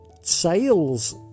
sales